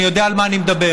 אני יודע על מה אני מדבר.